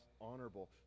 honorable